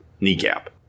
kneecap